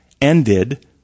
ended